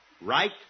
Right